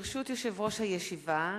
ברשות יושב-ראש הישיבה,